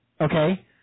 Okay